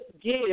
give